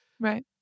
Right